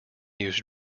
use